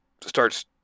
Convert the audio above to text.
starts